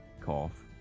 Cough